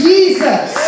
Jesus